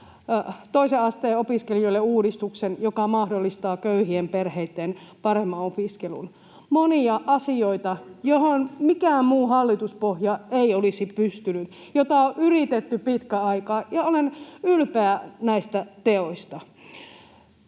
toisen asteen opiskelijoille uudistuksen, joka mahdollistaa köyhien perheitten paremman opiskelun. Monia asioita, joihin mikään muu hallituspohja ei olisi pystynyt ja joita on yritetty pitkän aikaa. Ja olen ylpeä näistä teoista.